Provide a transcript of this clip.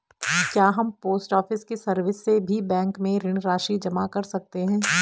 क्या हम post office की सर्विस से भी बैंक में ऋण राशि जमा कर सकते हैं?